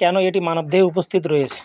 কেন এটি মানবদেহে উপস্থিত রয়েছে